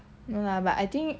no lah but I think